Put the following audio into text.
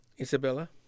Isabella